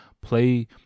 play